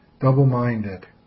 double-minded